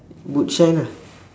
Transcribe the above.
boot shine ah